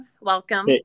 Welcome